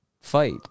fight